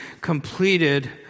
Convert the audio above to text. completed